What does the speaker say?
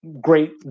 great